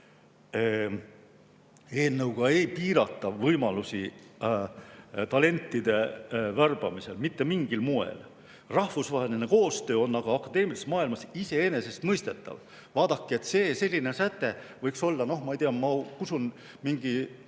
Eelnõuga ei piirata võimalusi talentide värbamiseks mitte mingil moel. Rahvusvaheline koostöö on akadeemilises maailmas iseenesestmõistetav. Vaadake, selline säte võiks olla, noh, ma ei tea, ma usun, mingi